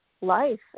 life